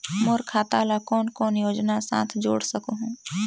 मोर खाता ला कौन कौन योजना साथ जोड़ सकहुं?